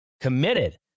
committed